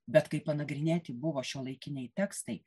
bet kai panagrinėti buvo šiuolaikiniai tekstai